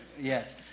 Yes